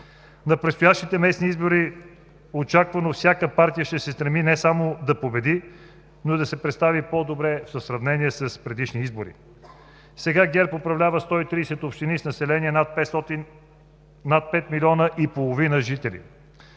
На предстоящите местни избори, очаквано, всяка партия ще се стреми не само да победи, но и да се представи по-добре в сравнение с предишни избори. Сега ГЕРБ управлява 130 общини с население над 5,5 милиона жители.